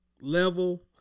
level